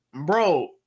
bro